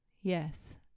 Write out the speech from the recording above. Yes